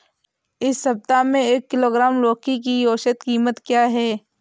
इस सप्ताह में एक किलोग्राम लौकी की औसत कीमत क्या है?